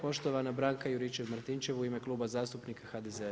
Poštovana Branka Juričev-Martinčev u ime Kluba zastupnika HDZ-a.